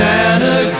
Santa